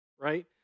right